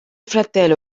fratello